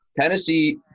Tennessee